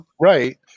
right